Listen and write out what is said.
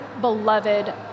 beloved